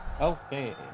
Okay